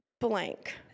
blank